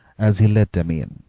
as he led them in.